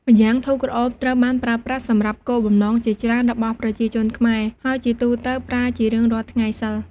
ម្យ៉ាងធូបក្រអូបត្រូវបានប្រើប្រាស់សម្រាប់គោលបំណងជាច្រើនរបស់ប្រជាជនខ្មែរ ហើយជាទូទៅប្រើជារៀងរាល់ថ្ងៃសីល។